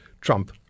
Trump